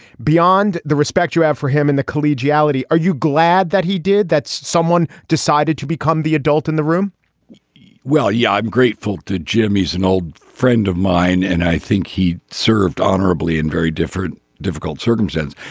beyond the respect you have for him and the collegiality. are you glad that he did that someone decided to become the adult in the room well yeah i'm grateful to jimmy's an old friend of mine and i think he served honorably in very different difficult circumstance.